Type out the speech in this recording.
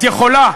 את יכולה,